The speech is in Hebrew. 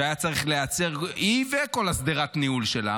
שהיה צריך להיעצר, היא וכל שדרת הניהול שלה.